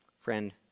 friend